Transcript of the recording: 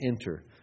enter